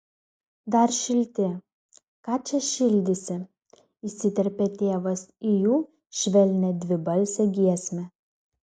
dar šilti ką čia šildysi įsiterpė tėvas į jų švelnią dvibalsę giesmę